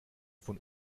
von